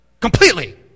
Completely